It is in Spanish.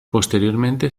posteriormente